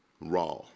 raw